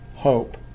hope